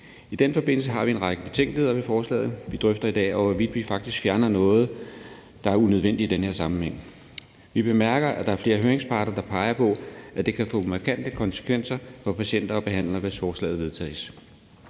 I den forbindelse har vi en række betænkeligheder ved forslaget. Vi drøfter i dag, hvorvidt vi faktisk fjerner noget, der er unødvendigt i den her sammenhæng. Vi bemærker, at der er flere høringsparter, der peger på, at det kan få markante konsekvenser for patienter og behandlere, hvis forslaget vedtages.